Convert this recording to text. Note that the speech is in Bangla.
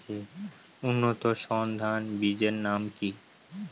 উন্নত সর্ন ধান বীজের নাম কি?